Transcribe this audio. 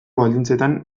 baldintzetan